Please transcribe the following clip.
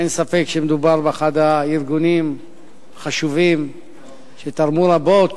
אין ספק שמדובר באחד הארגונים החשובים שתרמו רבות